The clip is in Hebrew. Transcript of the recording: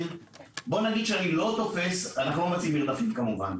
שבוא נגיד שאני לא תופס אנחנו לא מבצעים מרדפים כמובן.